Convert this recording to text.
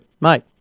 mate